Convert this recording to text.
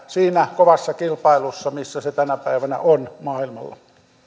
siinä kovassa kilpailussa missä se tänä päivänä on maailmalla